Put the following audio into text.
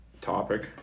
topic